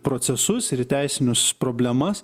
procesus ir į teisinius problemas